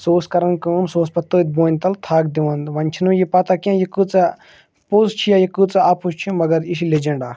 سُہ اوس کَران کٲم سُہ اوس پَتہٕ تٔتھۍ بونہِ تَل تھک دِوان وۄنۍ چھِنہٕ یہِ پَتہ کینٛہہ یہِ کۭژاہ پوٚز چھِ یا یہِ کۭژاہ اَپُز چھِ مگر یہِ چھِ لیجَنٛڈ اَکھ